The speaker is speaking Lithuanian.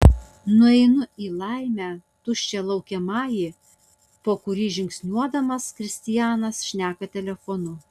nueinu į laimė tuščią laukiamąjį po kurį žingsniuodamas kristianas šneka telefonu